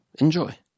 Enjoy